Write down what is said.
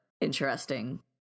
interesting